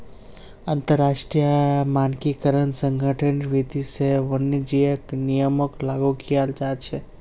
अंतरराष्ट्रीय मानकीकरण संगठनेर भीति से वाणिज्यिक नियमक लागू कियाल जा छे